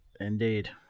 Indeed